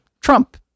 Trump